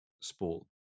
sport